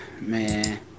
man